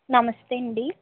నమస్తే అండీ